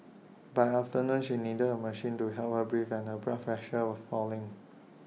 by afternoon she needed A machine to help her breathe and her blood pressure was falling